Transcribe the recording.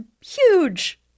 huge